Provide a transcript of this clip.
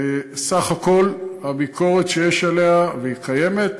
בסך הכול, הביקורת שיש עליה, והיא קיימת,